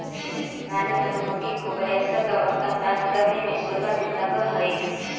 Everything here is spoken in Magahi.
रानी मधुमक्खी को वयस्क अवस्था प्राप्त करने में सोलह दिन लगह हई